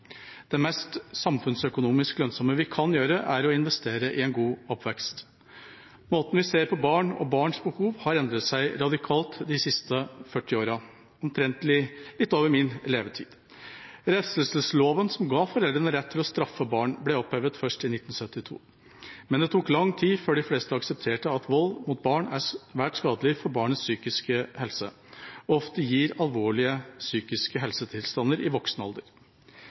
Det mest samfunnsøkonomisk lønnsomme vi kan gjøre, er å investere i en god oppvekst. Måten vi ser på barn og barns behov, har endret seg radikalt de siste 40 årene – omtrentlig min levetid. Refselsesloven, som ga foreldre rett til å straffe barn, ble opphevet først i 1972, men det tok lang tid før de fleste aksepterte at vold mot barn er svært skadelig for barns psykiske helse, og ofte gir alvorlige psykiske helsetilstander i voksen alder. Krenkede barn blir ofte syke voksne.